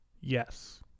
Yes